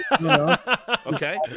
okay